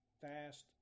fast